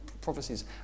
prophecies